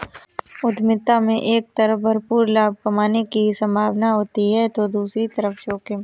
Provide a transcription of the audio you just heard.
उद्यमिता में एक तरफ भरपूर लाभ कमाने की सम्भावना होती है तो दूसरी तरफ जोखिम